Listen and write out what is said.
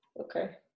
Okay